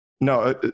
no